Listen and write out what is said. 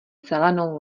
zelenou